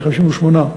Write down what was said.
158,